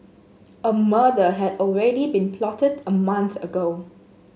a murder had already been plotted a month ago